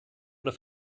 oder